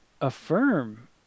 affirm